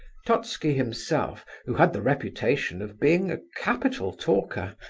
totski himself, who had the reputation of being a capital talker,